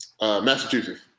Massachusetts